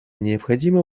необходимо